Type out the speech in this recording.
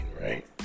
right